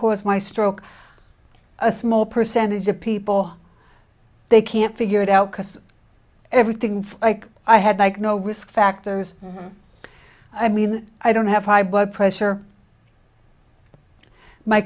caused my stroke a small percentage of people they can't figure it out because everything i had like no risk factors i mean i don't have high blood pressure my